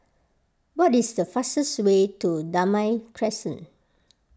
what is the fastest way to Damai Crescent